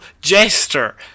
Jester